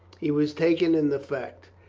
he was taken in the fact.